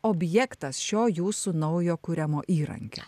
objektas šio jūsų naujo kuriamo įrankio